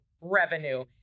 revenue